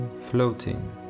floating